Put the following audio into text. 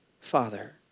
Father